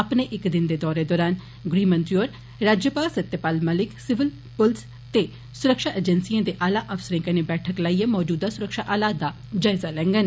अपने इक दिनें दे दौरे दौरान गृहमंत्री होर governor Satyapal Malik civil police ते सुरक्षा एजेंसिएं दे आला अफसरें कन्नै बैठक लाइयै मौजूदा सुरक्षा हालात दा जायजा लैंडन